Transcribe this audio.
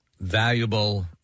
valuable